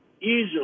easily